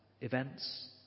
events